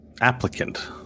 applicant